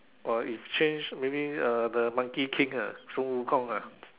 or if change maybe uh the monkey King lah sun wukong ah